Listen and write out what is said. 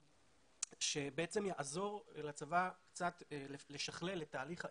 שבעצם יעזור לצבא קצת לשכלל את תהליך האבחון,